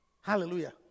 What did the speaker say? Hallelujah